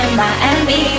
Miami